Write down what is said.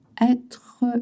Être